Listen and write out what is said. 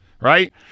right